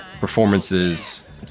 performances